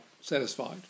satisfied